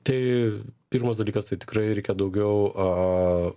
tai pirmas dalykas tai tikrai reikia daugiau a